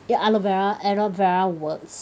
your aloe vera aloe vera works